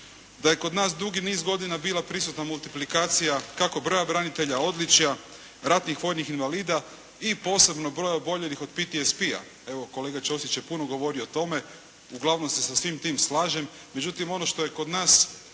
da je kod nas dugi niz godina bila prisutna multiplikacija kako broja branitelja, odličja, ratnih vojnih invalida, i posebnog broja oboljelih od PTSP-a. Evo kolega Ćosić je puno govorio o tome. Uglavnom se sa svim tim slažem. Međutim, ono što je kod nas